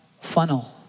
funnel